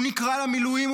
הוא נקרא למילואים,